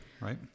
right